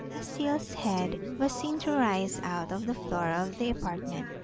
a seal's head was seen to rise out of the floor of the apartment.